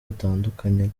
butandukanye